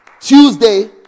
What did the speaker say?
tuesday